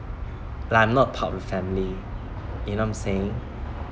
like I'm not part of the family you know what I'm saying